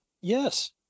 Yes